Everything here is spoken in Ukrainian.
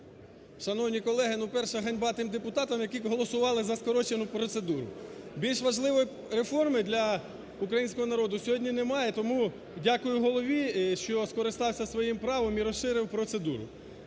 Шановні колеги, ну, перше – ганьба тим депутатам, які голосували за скорочену процедуру. Більш важливої реформи для українського народу сьогодні немає, тому дякую голові, що скористався своїм правом і розширив процедуру.